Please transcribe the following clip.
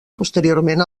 posteriorment